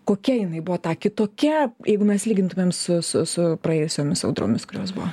kokia jinai buvo ta kitokia jeigu mes lygintumėm su su su praėjusiomis audromis kurios buvo